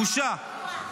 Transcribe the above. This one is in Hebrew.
בושה.